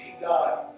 God